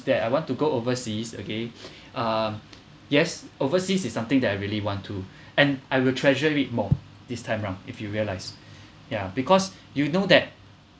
that I want to go overseas okay ah yes overseas is something that I really want to and I will treasure it more this time round if you realise yeah because you know that